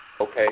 Okay